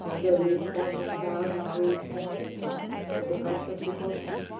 they leant forward, bowed with grief and heavy hearts at the prospect before them.